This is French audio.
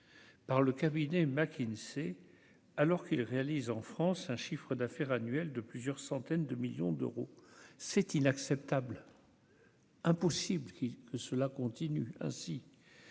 par le cabinet McKinsey, alors qu'il réalise en France un chiffre d'affaires annuel de plusieurs centaines de millions d'euros, c'est inacceptable. Impossible que cela continue ainsi,